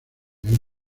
han